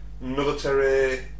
military